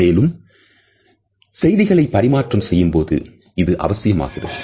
மேலும்செய்திகளை பரிமாற்றம் செய்யும்போது இது அவசியமாகிறது